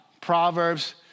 Proverbs